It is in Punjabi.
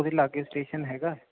ਉਹਦੇ ਲਾਗੇ ਸਟੇਸ਼ਨ ਹੈਗਾ